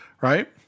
right